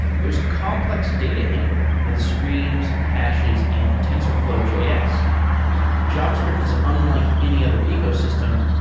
there's complex data handling with streams, caches and tensorflow js javascript is unlike any other ecosystem,